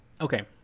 Okay